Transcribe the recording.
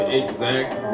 exact